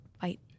fight